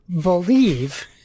believe